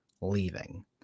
leaving